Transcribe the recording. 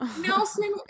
Nelson